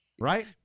right